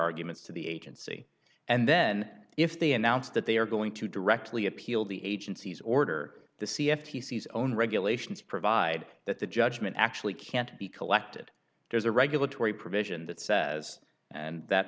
arguments to the agency and then if they announce that they are going to directly appeal the agency's order to see if he sees own regulations provide that the judgment actually can't be collected there's a regulatory provision that says and that